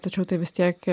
tačiau tai vis tiek